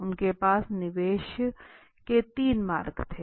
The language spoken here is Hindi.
उनके पास निवेश के तीन मार्ग थे